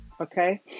okay